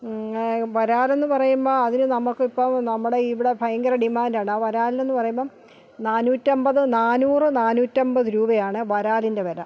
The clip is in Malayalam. വരാലെന്ന് പറയുമ്പോൾ അതിന് നമുക്ക് ഇപ്പം നമ്മുടെ ഇവിടെ ഭയങ്കര ഡിമാന്റ് ആണ് ആ വരാലെന്ന് പറയുമ്പോൾ നാനൂറ്റമ്പത് നാനൂറ് നാനൂറ്റമ്പത് രൂപയാണ് വരാലിൻ്റെ വില